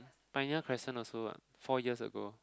pioneer crescent also [what] four years ago